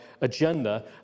agenda